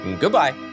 Goodbye